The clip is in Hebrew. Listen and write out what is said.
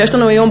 ויש לנו היום,